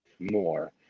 More